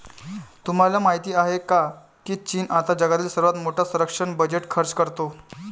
तुम्हाला माहिती आहे का की चीन आता जगातील सर्वात मोठा संरक्षण बजेट खर्च करतो?